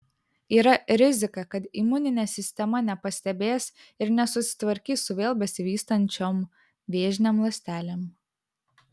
yra rizika kad imuninė sistema nepastebės ir nesusitvarkys su vėl besivystančiom vėžinėm ląstelėm